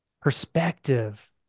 perspective